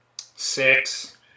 six